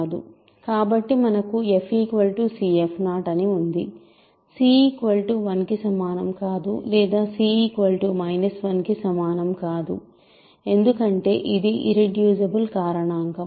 కాబట్టి మనకు f cf0అని ఉంది c 1 కి సమానం కాదు లేదా c 1 కి సమానం కాదు ఎందుకంటే ఇది ఇర్రెడ్యూసిబుల్ కారణాంకం